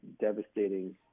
devastating